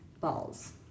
balls